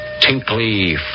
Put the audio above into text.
tinkly